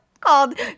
called